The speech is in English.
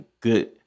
good